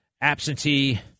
absentee